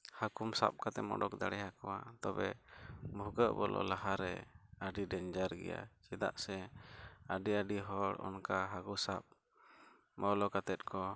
ᱦᱟᱹᱠᱩ ᱥᱟᱵ ᱠᱟᱛᱮᱢ ᱚᱰᱚ ᱫᱟᱲᱮᱭᱟᱠᱚᱣᱟ ᱛᱚᱵᱮ ᱵᱷᱩᱜᱟᱹᱜ ᱵᱚᱞᱚ ᱞᱟᱦᱟ ᱨᱮ ᱟᱹᱰᱤ ᱰᱮᱧᱡᱟᱨ ᱜᱮᱭᱟ ᱪᱮᱫᱟᱜ ᱥᱮ ᱟᱹᱰᱤ ᱟᱹᱰᱤ ᱦᱚᱲ ᱚᱱᱠᱟ ᱦᱟᱹᱠᱩ ᱥᱟᱵ ᱵᱚᱞᱚ ᱠᱟᱛᱮᱫ ᱠᱚ